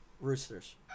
roosters